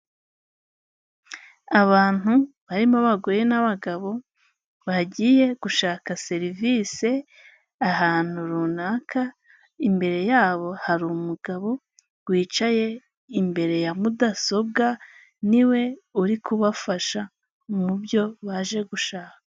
Abantu barimo abagore n'abagabo, bagiye gushaka serivisi ahantu runaka, imbere yabo hari umugabo wicaye imbere ya mudasobwa niwe uri kubafasha mu byo baje gushaka.